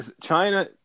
China